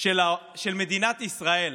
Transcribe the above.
של מדינת ישראל.